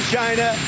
China